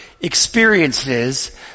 experiences